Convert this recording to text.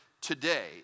today